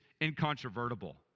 incontrovertible